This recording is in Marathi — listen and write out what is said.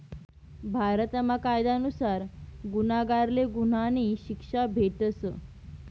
भारतमा कायदा नुसार गुन्हागारले गुन्हानी शिक्षा भेटस